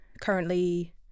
currently